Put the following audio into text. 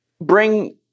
bring